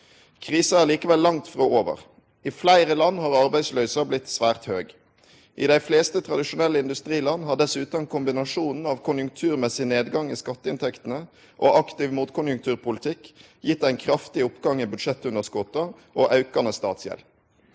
Krisa er likevel langt frå over. I fleire land har arbeidsløysa blitt svært høg. I dei fleste tradisjonelle industriland har dessutan kombinasjonen av konjunkturmessig nedgang i skatteinntektene og aktiv motkonjunkturpolitikk gitt ein kraftig oppgang i budsjettunderskotta og aukande statsgjeld.